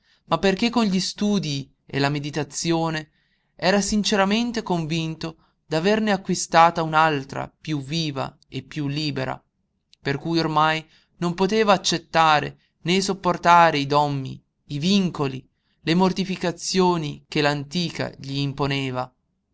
ma perché con gli studii e la meditazione era sinceramente convinto d'averne acquistata un'altra piú viva e piú libera per cui ormai non poteva accettare né sopportare i dommi i vincoli le mortificazioni che l'antica gli imponeva